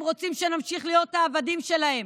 הם רוצים שנמשיך להיות העבדים שלהם,